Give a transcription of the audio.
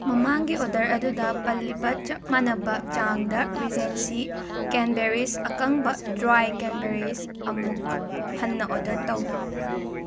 ꯃꯃꯥꯡꯒꯤ ꯑꯣꯔꯗꯔ ꯑꯗꯨꯗ ꯄꯜꯂꯤꯕ ꯆꯞ ꯃꯥꯟꯅꯕ ꯆꯥꯡꯗ ꯔꯤꯖꯦꯟꯁꯤ ꯀꯦꯟꯕꯦꯔꯤꯁ ꯑꯀꯪꯕ ꯗ꯭ꯔꯥꯏ ꯀꯦꯟꯕꯦꯔꯤꯁ ꯑꯃꯨꯛ ꯍꯟꯅ ꯑꯣꯔꯗꯔ ꯇꯧ